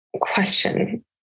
question